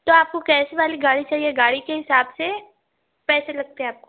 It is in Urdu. تو آپ کو کیسی والی گاڑی چاہیے گاڑی کے حساب سے پیسے لگتے ہے آپ کو